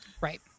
Right